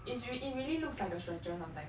is reall~ it really looks like a stretcher sometimes